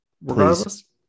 Regardless